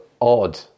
odd